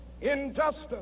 injustice